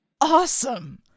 awesome